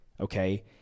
Okay